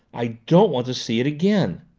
i don't want to see it again.